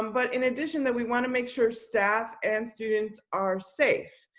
um but in addition, that we want to make sure staff and students are safe.